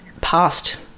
past